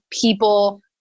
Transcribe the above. people